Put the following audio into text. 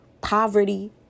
poverty